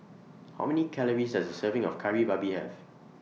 How Many Calories Does A Serving of Kari Babi Have